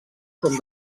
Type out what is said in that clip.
com